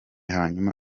hanyuma